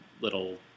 little